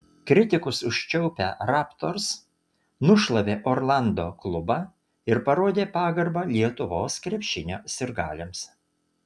kritikus užčiaupę raptors nušlavė orlando klubą ir parodė pagarbą lietuvos krepšinio sirgaliams